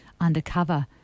undercover